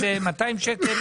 ב-6,000 שקל